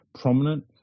prominent